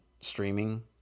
streaming